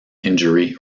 injury